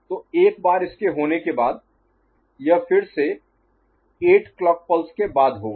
तो एक बार इसके होने के बाद यह फिर से 8 क्लॉक पल्स के बाद होगा